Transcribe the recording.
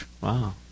Wow